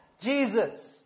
Jesus